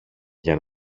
για